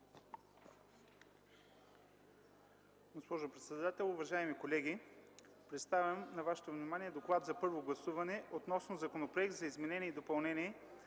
госпожо председател, уважаеми колеги! Представям на вашето внимание: „ДОКЛАД за първо гласуване относно Законопроект за изменение и допълнение